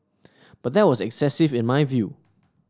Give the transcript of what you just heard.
but that was excessive in my view